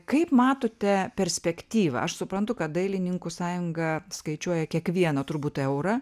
kaip matote perspektyvą aš suprantu kad dailininkų sąjunga skaičiuoja kiekvieną turbūt eurą